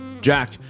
Jack